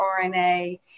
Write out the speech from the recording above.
RNA